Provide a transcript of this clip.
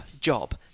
job